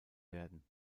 werden